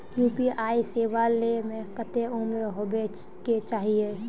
UPI सेवा ले में कते उम्र होबे के चाहिए?